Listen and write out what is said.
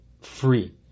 free